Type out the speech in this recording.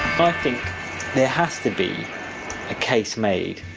think there has to be a case made.